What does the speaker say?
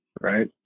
Right